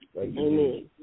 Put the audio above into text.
Amen